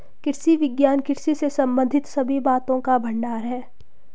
कृषि विज्ञान कृषि से संबंधित सभी बातों का भंडार है